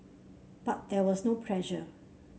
but there was no pressure